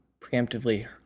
preemptively